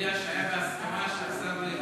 תודיע שזה היה בהסכמה שהשר לא יענה.